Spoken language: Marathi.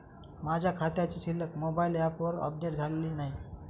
माझ्या खात्याची शिल्लक मोबाइल ॲपवर अपडेट झालेली नाही